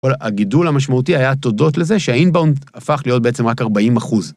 כל הגידול המשמעותי היה תודות לזה שהאינבאונד הפך להיות בעצם רק 40%.